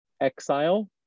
exile